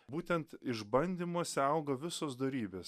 būtent išbandymuose auga visos dorybės